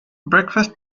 breakfast